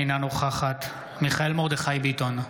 אינה נוכחת מיכאל מרדכי ביטון,